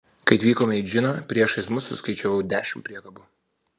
kai atvykome į džiną priešais mus suskaičiavau dešimt priekabų